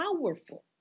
powerful